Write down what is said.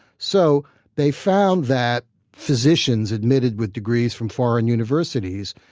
so they found that physicians admitted with degrees from foreign universities,